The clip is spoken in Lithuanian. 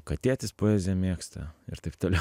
kad tėtis poeziją mėgsta ir taip toliau